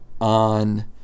on